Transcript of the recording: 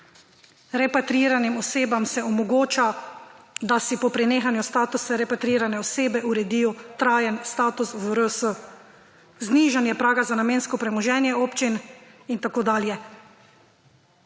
repatriiranim osebam se omogoča, da si po prenehanju statusa repatriirane osebe uredijo trajen status v RS. Znižanje praga za namensko premoženje občin in tako dalje.